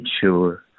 sure